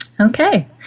Okay